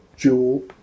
jewel